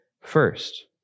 first